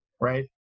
right